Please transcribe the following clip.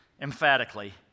emphatically